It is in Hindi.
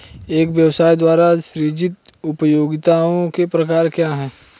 एक व्यवसाय द्वारा सृजित उपयोगिताओं के प्रकार क्या हैं?